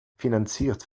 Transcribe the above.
finanziert